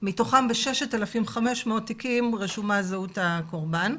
מתוכם ב-6,500 תיקים רשומה זהות הקורבן.